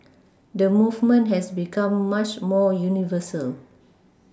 the movement has become much more universal